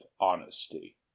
honesty